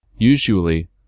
Usually